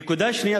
הנקודה השנייה,